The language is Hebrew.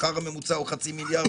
השכר הממוצע הוא חצי מיליארד,